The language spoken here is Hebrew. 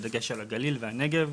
בדגש על הגליל והנגב,